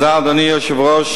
אדוני היושב-ראש,